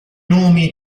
nomi